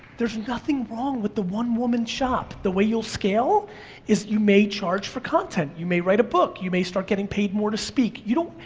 there's nothing wrong with the one woman shop. the way you'll scale is you may charge for content, you may write a book, you may start getting paid more to speak. you don't,